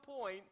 point